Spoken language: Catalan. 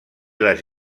les